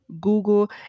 Google